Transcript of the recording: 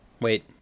Wait